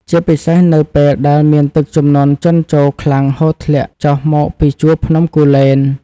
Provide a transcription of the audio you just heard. ជាពិសេសនៅពេលដែលមានទឹកជំនន់ជន់ជោរខ្លាំងហូរធ្លាក់ចុះមកពីជួរភ្នំគូលែន។